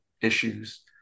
issues